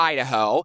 Idaho